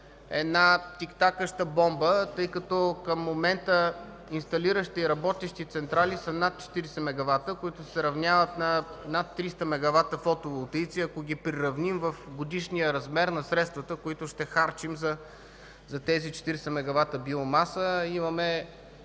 е тиктакаща бомба, тъй като към момента инсталирани и работещите централи са над 40 мегавата, които се равняват на над 300 мегавата фотоволтаици, ако ги приравним в годишния размер на средствата, които ще харчим за тази 40 мегавата биомаса. Имаме